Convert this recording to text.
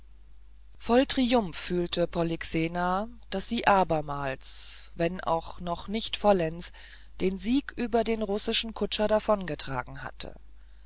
voll triumph fühlte polyxena daß sie abermals wenn auch noch nicht vollends den sieg über den russischen kutscher davongetragen hatte